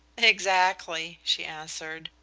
exactly, she answered,